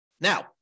Now